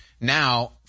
now